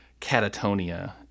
catatonia